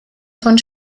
von